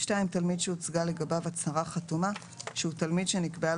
תלמיד שהוצגה לגביו הצהרה חתומה שהוא תלמיד שנקבעה